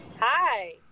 Hi